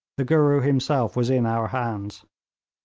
the gooroo himself was in our hands.